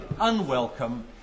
unwelcome